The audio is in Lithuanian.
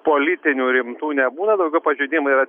politinių rimtų nebūna daugiau pažeidimai yra